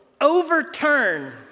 overturn